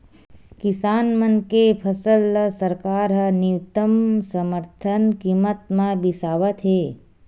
किसान मन के फसल ल सरकार ह न्यूनतम समरथन कीमत म बिसावत हे